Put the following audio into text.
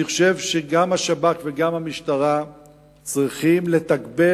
אני חושב שגם השב"כ וגם המשטרה צריכים לתגבר